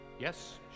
Yes